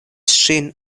ŝin